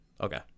Okay